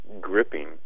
gripping